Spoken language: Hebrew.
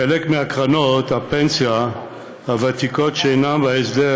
חלק מקרנות הפנסיה הוותיקות שאינן בהסדר